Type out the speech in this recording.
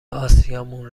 آسیامون